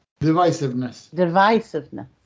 divisiveness